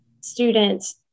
students